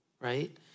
right